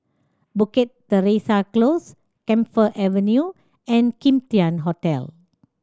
Bukit Teresa Close Camphor Avenue and Kim Tian Hotel